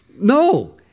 No